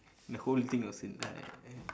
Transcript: the whole thing was in like